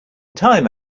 time